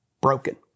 broken